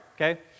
okay